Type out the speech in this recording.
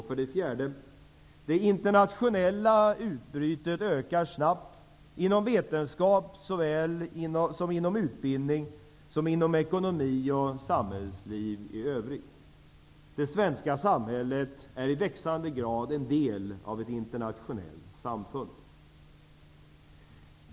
För det fjärde ökar det internationella utbytet snabbt inom såväl vetenskap och utbildning som ekonomi och samhällsliv i övrigt. Det svenska samhället är i växande grad en del av ett internationellt samfund.